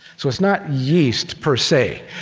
so it's not yeast, per se.